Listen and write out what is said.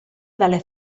dalle